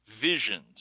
visions